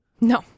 No